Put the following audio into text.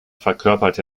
verkörperte